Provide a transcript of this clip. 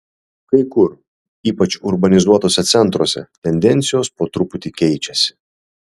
kai kur ypač urbanizuotuose centruose tendencijos po truputį keičiasi